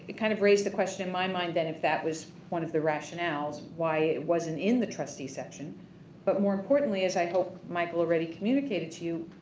kind of raise the question in my mind then if that was one of the rationales, why it wasn't in the trustee section but more importantly as i hope michael already communicated to you,